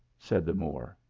said the moor,